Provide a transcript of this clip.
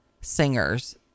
singers